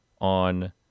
on